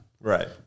right